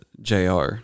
Jr